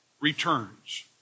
returns